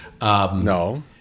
No